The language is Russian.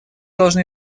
должны